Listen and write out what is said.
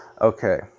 Okay